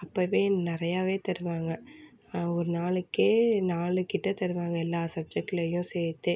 அப்போவே நிறையாவே தருவாங்க ஒரு நாளைக்கே நாலு கிட்ட தருவாங்க எல்லா சப்ஜெக்ட்லேயும் சேர்த்தே